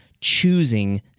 choosing